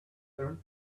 turn